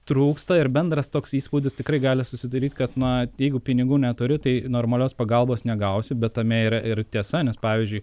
trūksta ir bendras toks įspūdis tikrai gali susidaryt kad na tai jeigu pinigų neturi tai normalios pagalbos negausi bet tame yra ir tiesa nes pavyzdžiui